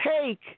take